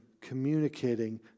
communicating